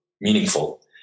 meaningful